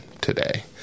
today